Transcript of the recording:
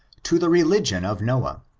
to the religion of noah,